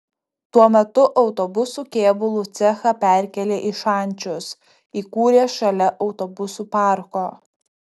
tuo metu autobusų kėbulų cechą perkėlė į šančius įkūrė šalia autobusų parko